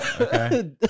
okay